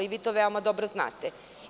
Vi to veoma dobro znate.